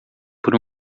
por